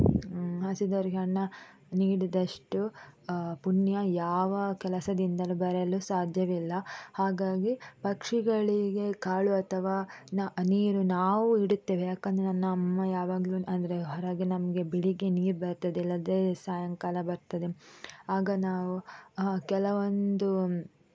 ಹಸಿದವರಿಗೆ ಅನ್ನ ನೀಡಿದಷ್ಟು ಪುಣ್ಯ ಯಾವ ಕೆಲಸದಿಂದಲು ಬರಲು ಸಾದ್ಯವಿಲ್ಲ ಹಾಗಾಗಿ ಪಕ್ಷಿಗಳಿಗೆ ಕಾಳು ಅಥವಾ ನ ನೀರು ನಾವು ಇಡುತ್ತೇವೆ ಯಾಕೆಂದರೆ ನನ್ನ ಅಮ್ಮ ಯಾವಾಗಲು ಅಂದರೆ ಹೊರಗೆ ನಮಗೆ ಬೆಳಿಗ್ಗೆ ನೀರು ಬರ್ತದೆ ಇಲ್ಲಂದ್ರೆ ಸಾಯಂಕಾಲ ಬರ್ತದೆ ಆಗ ನಾವು ಕೆಲವೊಂದು